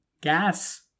gas